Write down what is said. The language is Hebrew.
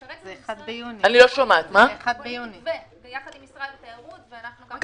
בונים מתווה יחד עם משרד התיירות.